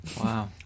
Wow